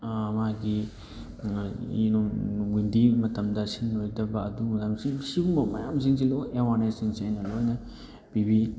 ꯃꯥꯒꯤ ꯃꯇꯝꯗ ꯁꯤꯖꯤꯟꯅꯔꯣꯏꯗꯕ ꯑꯗꯨꯒꯨꯝꯕ ꯃꯌꯥꯝ ꯁꯤꯒꯨꯝꯕ ꯃꯌꯥꯝꯁꯤꯡꯁꯦ ꯂꯣꯏ ꯑꯦꯋꯥꯔꯅꯦꯁꯁꯤꯡꯁꯦ ꯑꯩꯅ ꯂꯣꯏꯅ ꯄꯤꯕꯤ